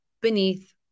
beneath